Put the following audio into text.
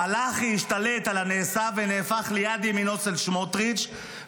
מלאכי השתלט על הנעשה ונהפך ליד ימינו של סמוטריץ',